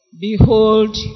Behold